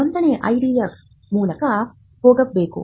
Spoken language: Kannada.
ನೋಂದಣಿ IDF ಮೂಲಕ ಹೋಗಬೇಕು